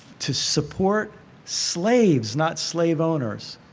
to support slaves, not slave owners,